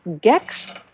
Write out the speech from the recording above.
Gex